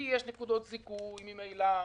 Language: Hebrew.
כי יש נקודות זיכוי ממילא,